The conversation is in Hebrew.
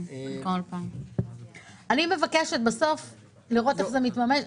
אני מבקשת בסוף לראות איך זה מתממש.